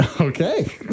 Okay